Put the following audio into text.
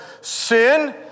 sin